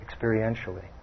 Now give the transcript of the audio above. experientially